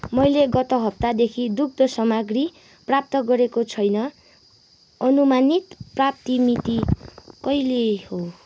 मैले गत हप्तादेखि दुग्ध सामग्री प्राप्त गरेको छैन अनुमानित प्राप्ति मिति कहिले हो